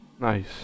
Nice